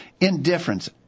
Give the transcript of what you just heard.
Indifference